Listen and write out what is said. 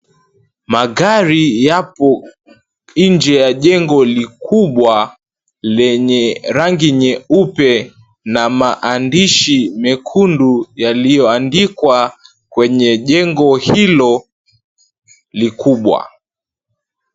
Magari yapo nje ya jengo likubwa lenye rangi nyeupe na maandishi mekundu yaliyoandikwa kwenye jengo hilo likubwa.